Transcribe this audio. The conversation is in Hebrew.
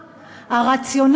נגדו.